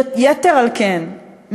יתר על כן,